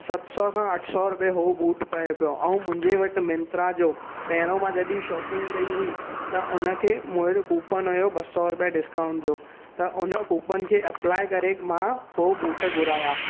सत सौ खां अठ सौ उहो बूट पए पियो ऐं मुंहिंजे वटि मिंत्रा जो पहिरों मां जॾहिं शॉपिंग कई हुई त उनखे मुंहिंजो कूपन हुयो ॿ सौ रुपया डिस्काऊंट जो त उन कूपन खे अप्लाइ करे मां हो बूट घुराया